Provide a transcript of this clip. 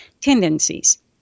tendencies